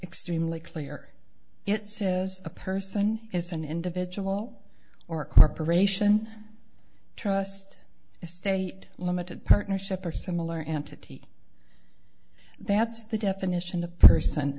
extremely clear it says a person as an individual or corporation trust a state limited partnership or similar entity that's the definition of person